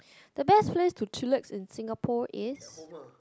the best place to chillax in Singapore is